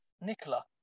Nicola